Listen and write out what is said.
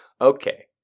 okay